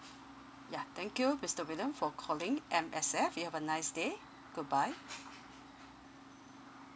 yeah thank you mister william for calling M_S_F you have a nice day good bye